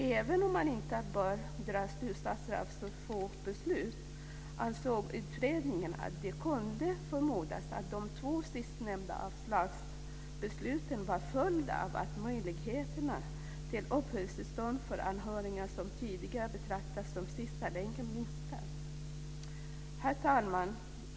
Även om man inte bör dra slutsatser av så få beslut ansåg utredningen att det kunde förmodas att de två sistnämnda avslagsbesluten var en följd av att möjligheterna till uppehållstillstånd för anhöriga som tidigare betraktats som "sista länk" har minskat. Herr talman!